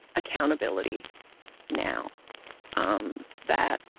accountability now um that,